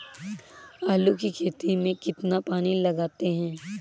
आलू की खेती में कितना पानी लगाते हैं?